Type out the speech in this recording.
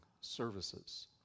services